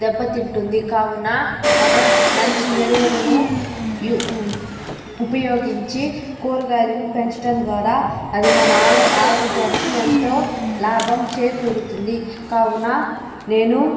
దెబ్బతింటుంది కావున మనం మంచి ఎరువులను యు ఉపయోగించి కురగాయలను పెంచటం ద్వారా అది మన అలో ఆరోగ్యానికి ఎంతో లాభం చేకూరుతుంది కావున నేను